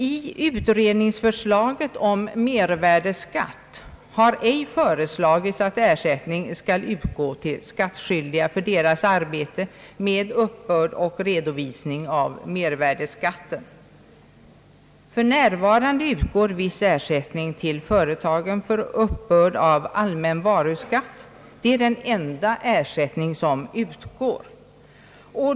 I utredningsförslaget om mervärdeskatt har inte föreslagits att ersättning skall utgå till skattskyldiga för deras arbete med uppbörd och redovisning av mervärdeskatten. För närvarande utgår viss ersättning till företagen för uppbörd av allmän varuskatt, vilket är den enda ersättning som förekommer.